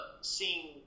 seeing